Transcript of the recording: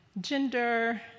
gender